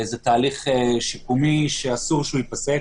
זה תהליך שיקומי שאסור שהוא ייפסק,